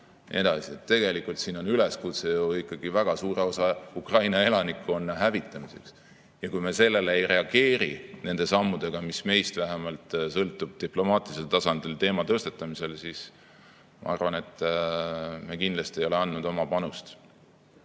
edasi. Tegelikult siin on üleskutse ju ikkagi väga suure osa Ukraina elanikkonna hävitamiseks. Ja kui me sellele ei reageeri, vähemalt nende sammudega, mis meist sõltuvad diplomaatilisel tasandil teema tõstatamisel, siis ma arvan, et me kindlasti ei ole andnud oma panust